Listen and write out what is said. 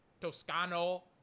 toscano